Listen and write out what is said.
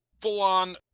full-on